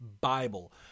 Bible